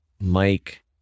Mike